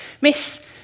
Miss